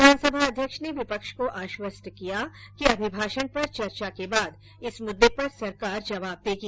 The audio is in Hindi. विधानसभा अध्यक्ष ने विपक्ष को आष्वस्त किया कि अभिभाषण पर चर्चा के बाद इस मुददे पर सरकार जवाब दे देगी